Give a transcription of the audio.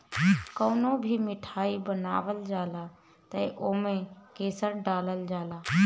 कवनो भी मिठाई बनावल जाला तअ ओमे केसर डालल जाला